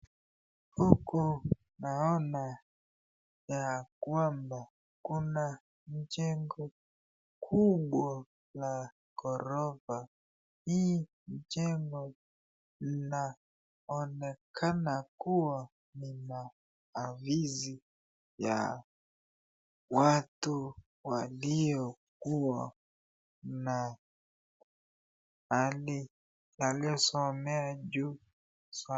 Huku naona ya kwamba kuna jengo kubwa la gorofa. Hii jengo linaonekana kuwa ni la ofisi ya watu waliokuwa na hali waliosomea juu sana.